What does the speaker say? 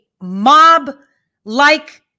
mob-like